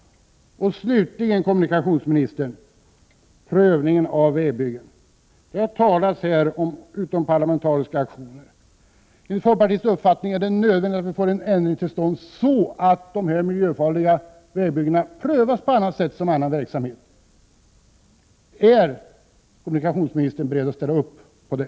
Slutligen, kommunikationsministern, något om prövningen av vägbyggen. Det har här talats om utomparlamentariska aktioner. Vi i folkpartiet är av den uppfattningen att det är nödvändigt att en ändring kommer till stånd, så att de miljöfarliga vägbyggena prövas på ett annat sätt, i enlighet med vad som gäller för annan verksamhet. Är kommunikationsministern beredd att ställa upp på det?